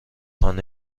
خانه